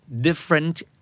different